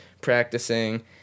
practicing